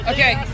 Okay